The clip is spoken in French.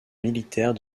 militaire